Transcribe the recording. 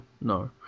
no